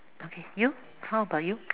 okay you how about you